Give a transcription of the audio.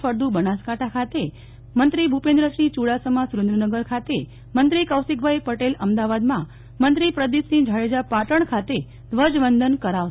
ફળદુ બનાસકાંઠા ખાતે મંત્રી ભુપેન્દ્રસિંહ ચુડાસમા સુરેન્દ્રનગર ખાતે મંત્રી કૌશિકભાઈ પટેલ અમદાવાદમાં મંત્રી પ્રદિપસિંહ જાડેજા પાટણ ખાતે ધ્વજવંદન કરાવશે